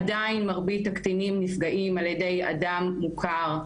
עדיין מרבית הקטינים נפגעים על ידי אדם מוכר,